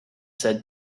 said